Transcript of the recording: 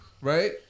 right